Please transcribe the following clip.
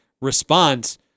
response